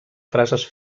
frases